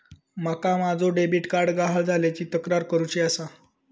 माका माझो debit card गहाळ झाल्याची तक्रार करुची आसा